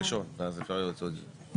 יותר מהגיון אפילו.